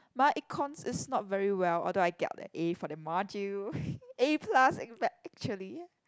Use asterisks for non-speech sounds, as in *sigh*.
my econs is not very well although I got a A for that module *laughs* A plus actually